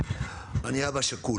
אני אבא שכול